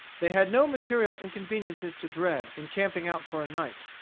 they had no material inconveniences to dread in camping out for a night.